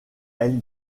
elle